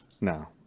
No